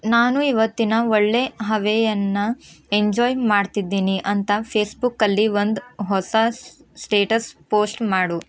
ನಾನು ಇವತ್ತಿನ ಒಳ್ಳೆ ಹವೆಯನ್ನ ಎಂಜಾಯ್ ಮಾಡ್ತಿದ್ದೀನಿ ಅಂತ ಫೇಸ್ಬುಕ್ಕಲ್ಲಿ ಒಂದು ಹೊಸ ಸ್ಟೇಟಸ್ ಪೋಸ್ಟ್ ಮಾಡು